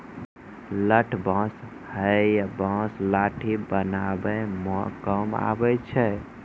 लठ बांस हैय बांस लाठी बनावै म काम आबै छै